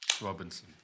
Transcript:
Robinson